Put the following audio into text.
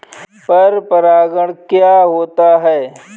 पर परागण क्या होता है?